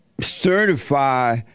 certify